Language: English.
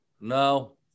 No